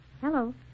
Hello